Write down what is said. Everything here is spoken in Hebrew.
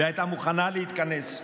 והייתה מוכנה להתכנס,